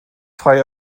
frei